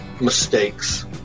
mistakes